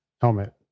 helmet